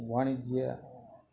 वाणिज्ये